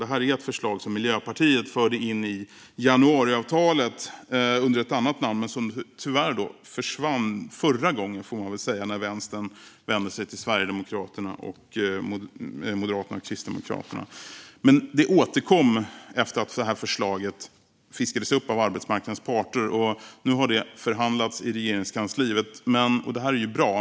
Det är ett förslag som Miljöpartiet förde in i januariavtalet under ett annat namn men som tyvärr försvann förra gången, får man väl säga, som Vänstern vände sig till Sverigedemokraterna, Moderaterna och Kristdemokraterna. Det återkom dock efter att ha fiskats upp av arbetsmarknadens parter. Nu har det förhandlats i Regeringskansliet, vilket är bra.